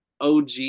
OG